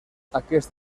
aquest